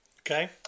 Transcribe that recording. Okay